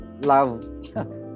love